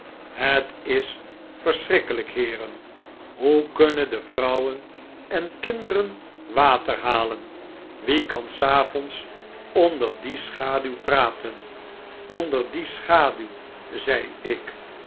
ret is verschrikkelijk heeren hoe kunnen de vrouwen en kinderen water halen wie kan s avonds onder die schaduw praten onder die schaduw zei ik